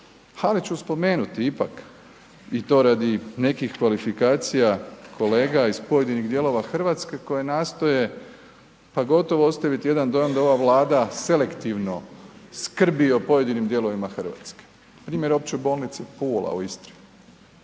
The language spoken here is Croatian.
Ali ću spomenuti ipak i to radi nekih kvalifikacija kolega iz pojedinih dijelova RH koji nastoje pa gotovo ostaviti jedan dojam da ova Vlada selektivno skrbi o pojedinim dijelovima RH. Primjer Opće bolnice Pula u Istri,